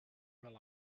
rely